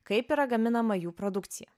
kaip yra gaminama jų produkcija